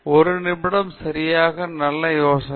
எனவே ஒரு நிமிடம் சரியாகும் நல்ல யோசனை